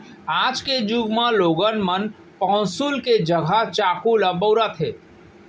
आज के जुग म लोगन मन पौंसुल के जघा चाकू ल बउरत हें